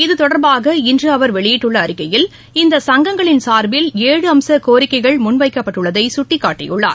இது தொடர்பாக இன்று அவர் வெளியிட்டுள்ள அறிக்கையில் இந்த சங்கங்களின் சார்பில ்ஏழு அம்ச கோரிக்கைகள் முன் வைக்கப்பட்டுள்ளதை சுட்டிக்காட்டியுள்ளார்